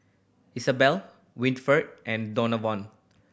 Isabel Winford and Donavon